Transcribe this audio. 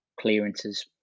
clearances